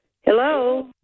Hello